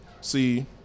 see